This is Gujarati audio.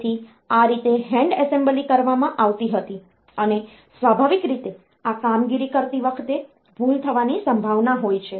તેથી આ રીતે હેન્ડ એસેમ્બલી કરવામાં આવતી હતી અને સ્વાભાવિક રીતે આ કામગીરી કરતી વખતે ભૂલ થવાની સંભાવના હોય છે